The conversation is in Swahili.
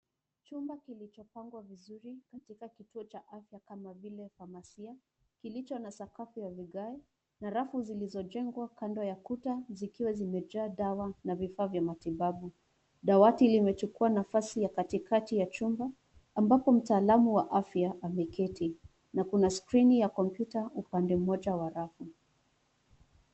Chumba kilichopangwa vizuri katika kituo cha afya kama vile Pharmacy , kilicho na sakafu ya vigae na rafu zilizojengwa kando ya kuta, zikiwa zimejaa dawa na vifaa vya matibabu. Dawati limechukua nafasi ya katikati ya chumba, ambapo mtaalamu wa afya ameketi na kuna skrini ya kompyuta, upande mmoja wa rafu.